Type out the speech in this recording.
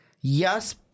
Yes